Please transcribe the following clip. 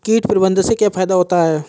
कीट प्रबंधन से क्या फायदा होता है?